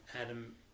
Adam